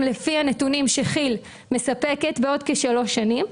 לפי הנתונים שכי"ל מספקת בעוד כשלוש שנים,